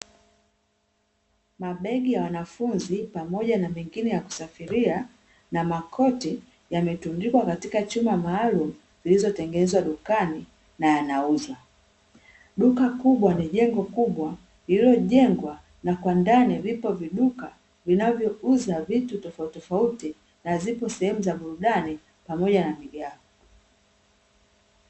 Mabegi ya wanafunzi pamoja na mengine ya kusafiria, na makoti yametundikwa katika chuma maalumu zilizotengenezwa dukani na yanauzwa. Duka kubwa ni jengo kubwa lililojengwa na kwa ndani vipo viduka vinavyouza vitu tofautitofauti, na zipo sehemu za burudani pamoja na migahawa .